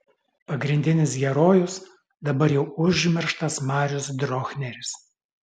pagrindinis herojus dabar jau užmirštas marius drochneris